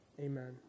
Amen